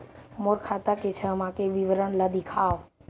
मोर खाता के छः माह के विवरण ल दिखाव?